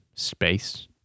space